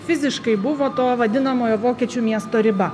fiziškai buvo to vadinamojo vokiečių miesto riba